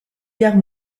guerre